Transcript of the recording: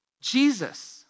Jesus